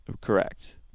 correct